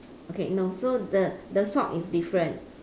okay no so the the sock is different